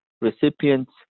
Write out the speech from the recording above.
recipients